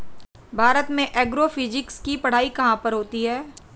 भारत में एग्रोफिजिक्स की पढ़ाई कहाँ पर होती है?